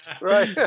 right